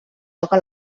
toca